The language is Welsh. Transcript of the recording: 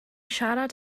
siarad